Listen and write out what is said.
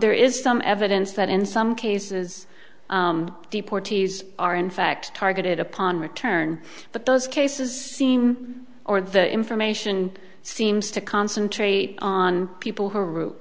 there is some evidence that in some cases deportees are in fact targeted upon return but those cases seem or the information seems to concentrate on people who are